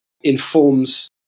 informs